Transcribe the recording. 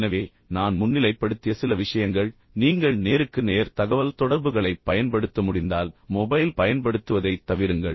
எனவே நான் முன்னிலைப்படுத்திய சில விஷயங்கள் நீங்கள் நேருக்கு நேர் தகவல்தொடர்புகளைப் பயன்படுத்த முடிந்தால் மொபைல் பயன்படுத்துவதைத் தவிருங்கள்